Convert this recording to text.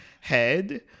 head